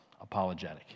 apologetic